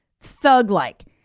thug-like